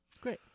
Great